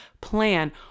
plan